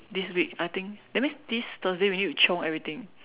this week I think that means this Thursday we need to chiong everything